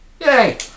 Yay